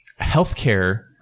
healthcare